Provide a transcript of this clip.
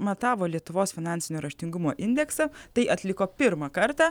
matavo lietuvos finansinio raštingumo indeksą tai atliko pirmą kartą